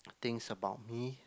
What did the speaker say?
thinks about me